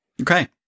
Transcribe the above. Okay